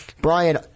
Brian